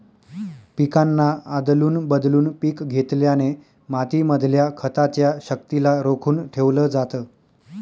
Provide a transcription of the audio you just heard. पिकांना आदलून बदलून पिक घेतल्याने माती मधल्या खताच्या शक्तिला रोखून ठेवलं जातं